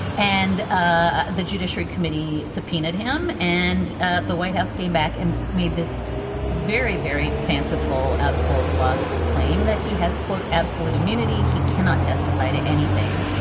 and ah the judiciary committee subpoenaed him and ah the white house came back and made this very very fanciful out of whole cloth claim that he has quote absolute immunity he cannot testify to anything.